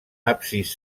absis